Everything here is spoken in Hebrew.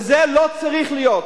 וזה לא צריך להיות.